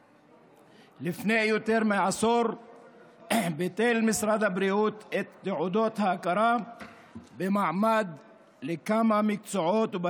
לפני יותר מעשור ביטל משרד הבריאות את תעודות ההכרה במעמד לכמה מקצועות,